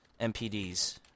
MPDs